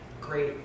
great